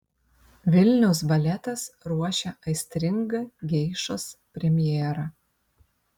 vilniaus baletas ruošia aistringą geišos premjerą